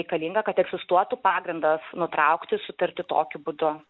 reikalinga kad egzistuotų pagrindas nutraukti sutartį tokiu būdu